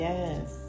Yes